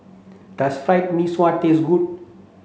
does Fried Mee Sua taste good